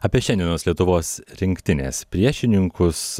apie šiandienos lietuvos rinktinės priešininkus